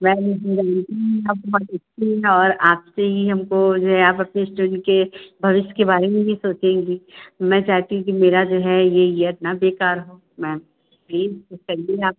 ma'am हम जानते हैं आप बहुत अच्छी हैं और आपसे ही हमको जो है आप अपने इस्टुडेन्ट के भविष्य के बारे में भी सोचेंगी मैं चाहती हूँ कि मेरा जो है ये इयर न बेकार हो मैम प्लीज़ कुछ करिए आप